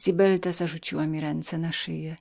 zibelda zarzuciła mi ręce na szyję